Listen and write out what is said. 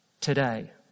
Today